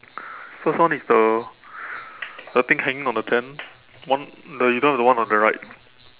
first one is the the thing hanging on the tent one the you don't have the one on the right